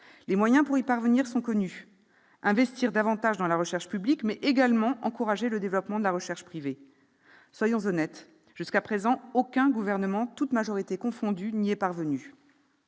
PIB.Les moyens pour y parvenir sont connus : investir davantage dans la recherche publique, mais également encourager le développement de la recherche privée. Soyons honnêtes : jusqu'à présent, aucun gouvernement, toutes majorités confondues, n'y est parvenu.